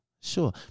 sure